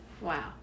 Wow